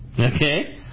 Okay